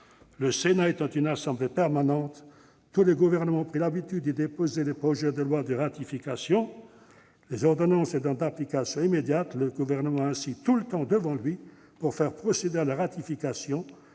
le Sénat est une assemblée permanente, tous les gouvernements ont pris l'habitude de déposer les projets de loi de ratification sur le bureau de notre assemblée. Les ordonnances étant d'application immédiate, le Gouvernement a ainsi tout le temps devant lui pour faire procéder à la ratification,